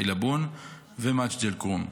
עילבון ומג'ד אל-כרום.